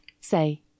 Say